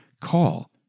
call